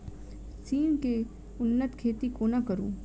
सिम केँ उन्नत खेती कोना करू?